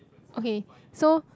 okay so